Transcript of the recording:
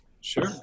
sure